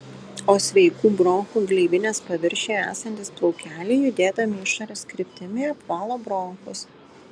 o sveikų bronchų gleivinės paviršiuje esantys plaukeliai judėdami išorės kryptimi apvalo bronchus